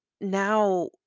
now